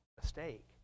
mistake